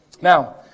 Now